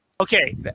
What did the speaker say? Okay